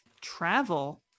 travel